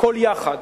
הכול יחד